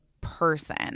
person